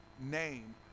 name